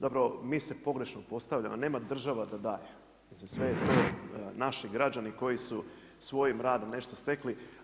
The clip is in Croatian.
Zapravo mi se pogrešno postavljamo, nema država da daje, mislim sve je to naši građani koji su svojim radom nešto stekli.